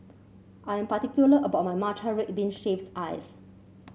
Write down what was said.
I am particular about my Matcha Red Bean Shaved Ice